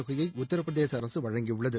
தொகையை உத்தரப்பிரதேச அரசு வழங்கியுள்ளது